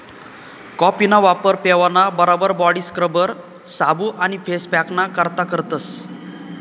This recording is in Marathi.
कॉफीना वापर पेवाना बराबर बॉडी स्क्रबर, साबू आणि फेस पॅकना करता करतस